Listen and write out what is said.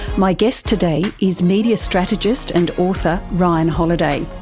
my guest today is media strategist and author ryan holiday.